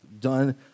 done